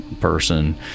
person